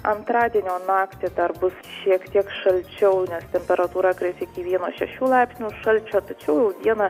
antradienio naktį dar bus šiek tiek šalčiau nes temperatūra kris iki vieno šešių laipsnių šalčio tačiau dieną